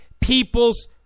people's